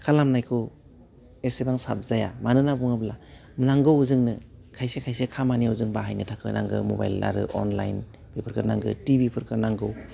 खालामनायखौ एसेबां साबजाया मानो होन्ना बुङोब्ला नांगौ जोंनो खायसे खायसे खामानियाव जों बाहायनो थाखाय नांगौ मबाइल आरो अनलाइन बेफोरखौ नांगो टिभिफोरखो नांगौ